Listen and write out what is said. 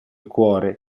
cuore